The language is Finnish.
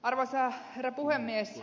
arvoisa herra puhemies